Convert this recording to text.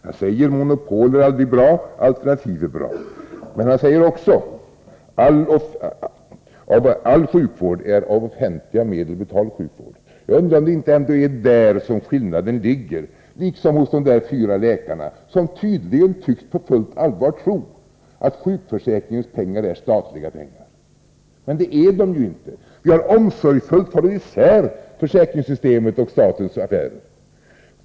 Han säger att monopol aldrig är bra men att alternativ är bra. Han säger också att all sjukvård är av offentliga medel betald sjukvård. Jag undrar om det inte är där som skillnaden ligger, liksom när det gäller de där fyra läkarna som tydligen på fullt allvar tycks tro att sjukförsäkringens pengar är statliga pengar. Det är de ju inte. Vi har omsorgsfullt hållit i sär försäkringssystemet och statens affärer.